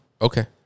Okay